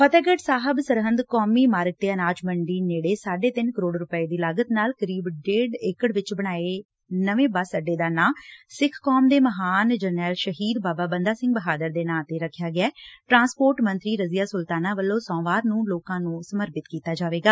ਫਤਹਿਗੜ੍ਹ ਸਾਹਿਬ ਸਰਹਿੰਦ ਕੌਮੀ ਮਾਰਗ ਤੇ ਅਨਾਜ ਮੰਡੀ ਨੇੜੇ ਸਾਢੇ ਤਿੰਨ ਕਰੋੜ ਰੁਪਏ ਦੀ ਲਾਗਤ ਨਾਲ ਕਰੀਬ ਡੇਢ ਏਕੜ ਵਿੱਚ ਬਣਾਏ ਨਵੇਂ ਬੱਸ ਅੱਡੇ ਦਾ ਨਾਮ ਸਿੱਖ ਕੌਮ ਦੇ ਮਹਾਨ ਜਰਨੈਲ ਸ਼ਹੀਦ ਬਾਬਾ ਬੰਦਾ ਸਿੰਘ ਬਹਾਦਰ ਦੇ ਨਾਂ 'ਤੇ ਰੱਖਿਆ ਗਿਐ ਟਰਾਂਸਪੋਰਟ ਮੰਤਰੀ ਰਜ਼ੀਆ ਸੁਲਤਾਨਾ ਵੱਲੋਂ ਸੋਮਵਾਰ ਨੂੰ ਲੋਕਾਂ ਨੁੰ ਸਪਰਪਿਤ ਕੀਤਾ ਜਾਵੇਗਾ